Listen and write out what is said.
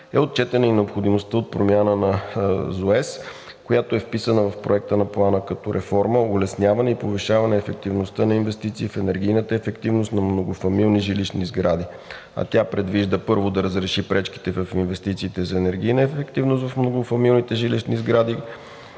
етажната собственост, която е вписана в Проекта на плана като реформа, улесняване и повишаване ефективността на инвестиции в енергийната ефективност на многофамилни жилищни сгради, а тя предвижда: Първо, да разреши пречките в инвестициите за енергийна ефективност в многофамилните жилищни сгради.